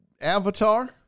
avatar